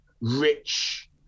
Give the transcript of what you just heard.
rich